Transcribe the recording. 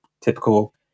typical